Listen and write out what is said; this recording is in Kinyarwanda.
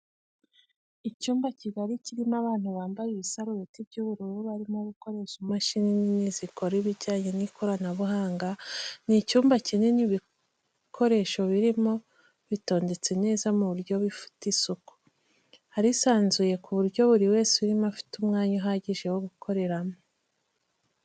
Icyumba kigari kirimo abantu bambaye ibisarubeti by'ubururu barimo gukoresha imashini nini zikora ibijyanye n'ikoranabuhanga, ni icyumba kinini ibikoresho birimo bitondetse neza mu buryo bufite isuku harisanzuye ku buryo buri wese urimo afite umwanya uhagije wo gukoreramo.